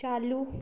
चालू